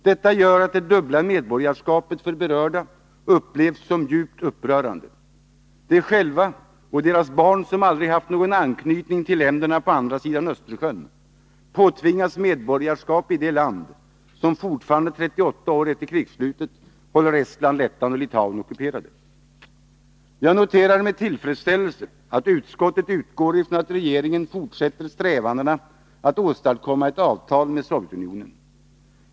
Detta gör att det dubbla medborgarskapet för berörda upplevs som djupt upprörande. De själva — och deras barn som aldrig haft någon anknytning till länderna på andra sidan Östersjön — påtvingas medborgarskap i det land som fortfarande 38 år efter krigsslutet håller Estland, Lettland och Litauen ockuperade. Jag noterar med tillfredsställelse att utrikesutskottet utgår ifrån att regeringen fortsätter strävandena att åstadkomma ett avtal med Sovjetunionen.